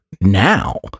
now